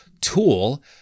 tool